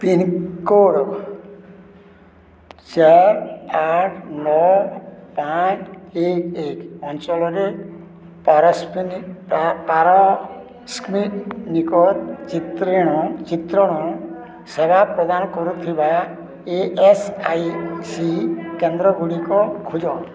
pincode ଚାରି ଆଠ ନଅ ପାଞ୍ଚ ଏକ ଏକ ଅଞ୍ଚଳରେ ପାରସ୍ଵନିକ ଚିତ୍ରଣ ସେବା ପ୍ରଦାନ କରୁଥିବା ଇ ଏସ୍ ଆଇ ସି କେନ୍ଦ୍ରଗୁଡ଼ିକ ଖୋଜ